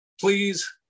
Please